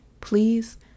please